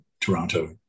Toronto